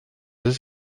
ist